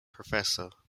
professor